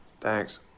Thanks